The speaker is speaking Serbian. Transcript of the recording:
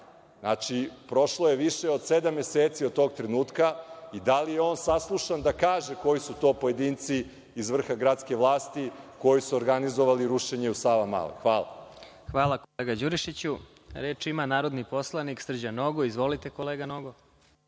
Znači, prošlo je više od sedam meseci od tog trenutka i da li je on saslušan da kaže koji su to pojedinci iz vrha gradske vlasti koji su organizovali rušenje u Savamali? Hvala. **Vladimir Marinković** Hvala, kolega Đurišiću. Reč ima narodni poslanik Srđan Nogo. Izvolite, kolega.